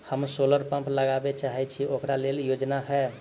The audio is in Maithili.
हम सोलर पम्प लगाबै चाहय छी ओकरा लेल योजना हय?